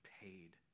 paid